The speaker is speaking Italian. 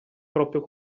proprio